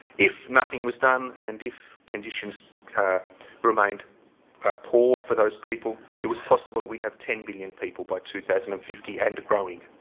if nothing was done and if conditions remained ah poor for those people it was possible we'd have ten billion people by two thousand and fifty and growing,